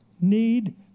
need